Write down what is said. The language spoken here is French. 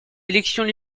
élections